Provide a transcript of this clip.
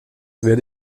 werde